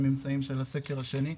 את הממצאים של הסקר השני,